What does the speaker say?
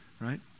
right